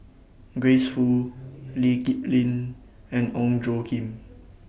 Grace Fu Lee Kip Lin and Ong Tjoe Kim